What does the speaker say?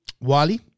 Wally